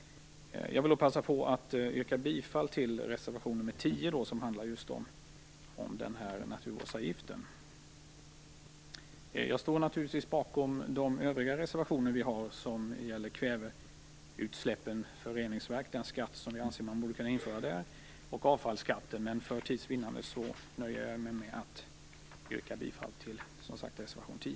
Jag vill passa på att yrka bifall till reservation nr 10, som just handlar om naturvårdsavgiften. Jag står naturligtvis bakom våra övriga reservationer, som gäller kväveutsläppen för reningsverk och den skatt som vi anser att man borde kunna införa där samt avfallsskatten. Men för tids vinnande nöjer jag mig, som sagt, med att yrka bifall till reservation 10.